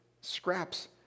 scraps